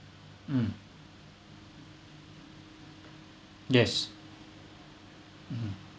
mm yes mm